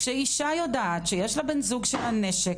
כשאישה יודעת שיש לבן זוג שלה נשק,